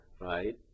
right